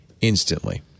instantly